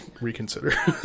reconsider